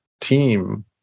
team